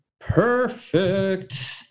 Perfect